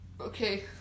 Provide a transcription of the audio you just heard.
Okay